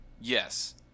Yes